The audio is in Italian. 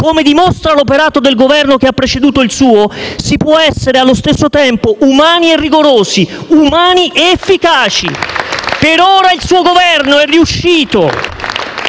Come dimostra l'operato del Governo che ha preceduto il suo, si può essere allo stesso tempo umani a rigorosi, umani ed efficaci. *(Applausi dal Gruppo